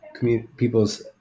people's